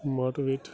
motivate